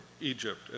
Egypt